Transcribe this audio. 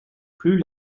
plus